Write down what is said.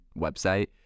website